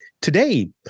Today